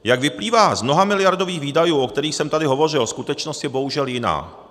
Jak vyplývá z mnohamiliardových výdajů, o kterých jsem tady hovořil, skutečnost je bohužel jiná.